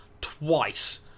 twice